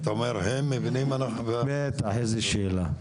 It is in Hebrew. אתה אומר הם מבינים ואנחנו --- בטח איזו שאלה.